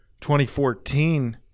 2014